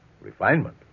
Refinement